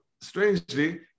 strangely